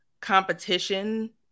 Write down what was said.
competition